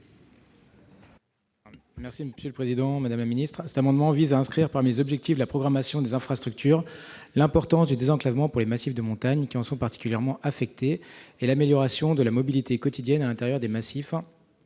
présenter l'amendement n° 641 rectifié. Cet amendement vise à inscrire parmi les objectifs de la programmation des infrastructures l'importance du désenclavement pour les massifs de montagne qui en sont particulièrement affectés et l'amélioration de la mobilité quotidienne à l'intérieur des massifs